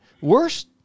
Worse